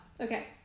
Okay